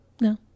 no